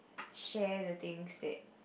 share the things that